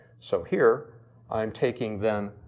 so here i'm taking them,